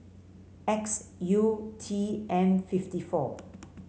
X U T M fifty four